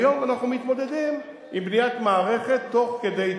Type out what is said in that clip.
היום אנחנו מתמודדים עם בניית מערכת תוך כדי תנועה,